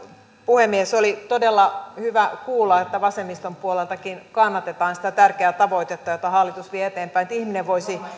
puhemies oli todella hyvä kuulla että vasemmiston puoleltakin kannatetaan sitä tärkeää tavoitetta jota hallitus vie eteenpäin että ihminen voisi